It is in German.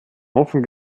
offen